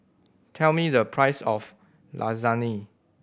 tell me the price of Lasagne